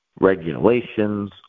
regulations